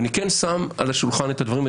אני כן שם על השולחן את הדברים,